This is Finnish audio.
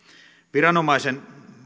viranomaisen